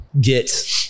get